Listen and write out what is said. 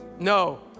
No